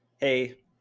hey